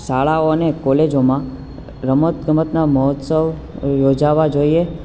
શાળાઓ અને કોલેજોમાં રમત ગમતના મોહોત્સવ યોજાવા જોઈએ